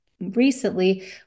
recently